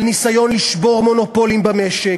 על ניסיון לשבור מונופולים במשק.